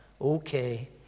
okay